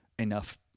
enough